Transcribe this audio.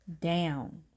down